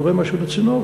קורה משהו לצינור,